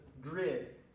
grid